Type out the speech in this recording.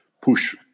push